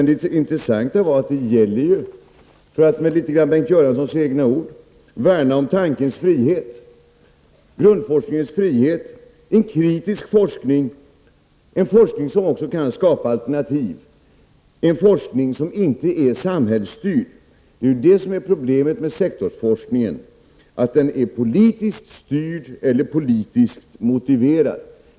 Det intressanta är att — för att litet grand använda Bengt Göranssons egna ord — värna om tankens frihet, grundforskningens frihet, en kritisk forskning, en forskning som också kan skapa alternativ och en forskning som inte är samhällsstyrd. Problemet med sektorsforskningen är att den är politiskt styrd eller politiskt motiverad.